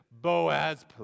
Boaz